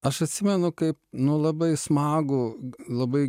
aš atsimenu kaip nu labai smagų labai